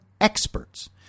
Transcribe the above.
experts